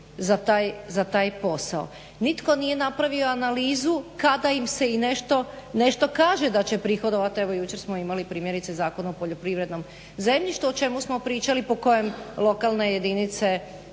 za taj posao. Nitko nije napravio analizu kada im se i nešto kaže da će prihodovat. Evo jučer smo imali primjerice Zakon o poljoprivrednom zemljištu o čemu smo pričali po kojem jedinice